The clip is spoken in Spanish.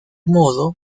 modo